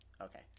Okay